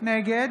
נגד